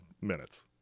minutes